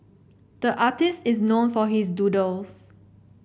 the artist is known for his doodles